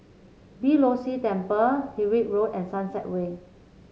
Beeh Low See Temple Tyrwhitt Road and Sunset Way